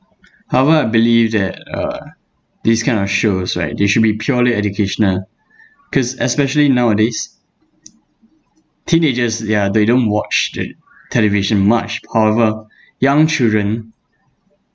however I believe that uh these kind of shows right they should be purely educational because especially nowadays teenagers ya they don't watch the television much however young children